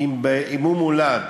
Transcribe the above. עם מום מולד,